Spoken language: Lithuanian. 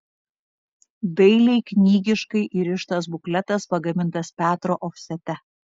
dailiai knygiškai įrištas bukletas pagamintas petro ofsete